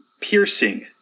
piercing